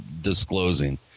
disclosing